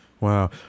wow